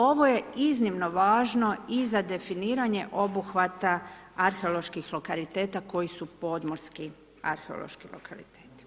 Ovo je iznimno važno i za definiranje obuhvata arheoloških lokaliteta koji su podmorski arheološki lokaliteti.